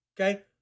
Okay